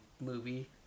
movie